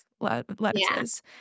lettuces